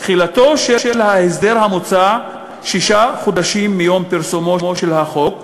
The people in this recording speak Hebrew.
תחילתו של ההסדר המוצע שישה חודשים מיום פרסומו של החוק,